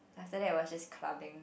after that was just clubbing